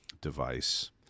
device